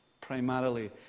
primarily